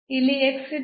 ಇಲ್ಲಿ ಇತ್ತು